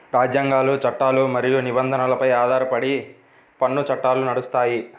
రాజ్యాంగాలు, చట్టాలు మరియు నిబంధనలపై ఆధారపడి పన్ను చట్టాలు నడుస్తాయి